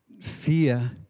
fear